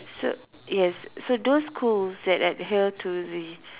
so yes so those schools that adhere to the